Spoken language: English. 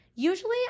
usually